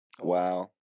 Wow